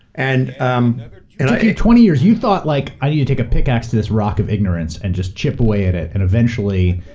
and um i-chris twenty years. you thought, like, i need to take a pickaxe to this rock of ignorance and just chip away at it, and eventually,